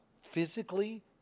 physically